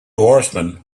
horsemen